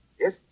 Yes